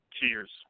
cheers